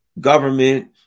government